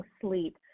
sleep